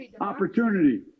Opportunity